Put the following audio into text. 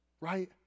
right